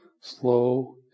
slow